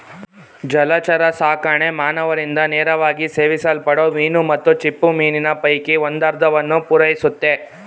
ಜಲಚರಸಾಕಣೆ ಮಾನವರಿಂದ ನೇರವಾಗಿ ಸೇವಿಸಲ್ಪಡೋ ಮೀನು ಮತ್ತು ಚಿಪ್ಪುಮೀನಿನ ಪೈಕಿ ಒಂದರ್ಧವನ್ನು ಪೂರೈಸುತ್ತೆ